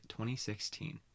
2016